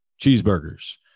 cheeseburgers